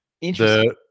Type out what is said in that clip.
interesting